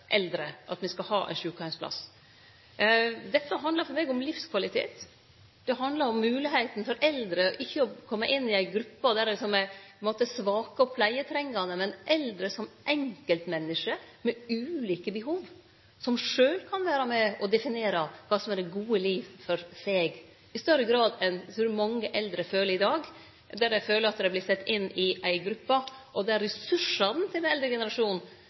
eldre, at dei skal ha ein sjukeheimsplass. Dette handlar for meg om livskvalitet, det handlar om moglegheita for eldre til ikkje å kome inn i ei gruppe der dei er på ein måte svake og pleietrengande, men er eldre som enkeltmenneske med ulike behov, som sjølve kan vere med og definere kva som er det gode liv for dei, i større grad enn eg trur mange eldre føler i dag, der dei føler at dei vert sette inn i ei gruppe. Ressursane til